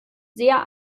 sehr